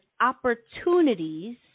opportunities